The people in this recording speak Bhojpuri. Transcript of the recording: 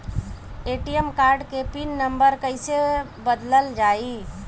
ए.टी.एम कार्ड के पिन नम्बर कईसे बदलल जाई?